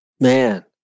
Man